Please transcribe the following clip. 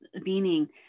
meaning